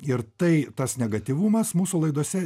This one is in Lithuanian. ir tai tas negatyvumas mūsų laidose